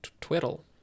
twiddle